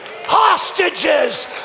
Hostages